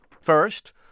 First